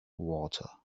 water